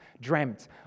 dreamt